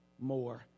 more